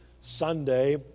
Sunday